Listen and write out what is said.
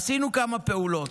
עשינו כמה פעולות: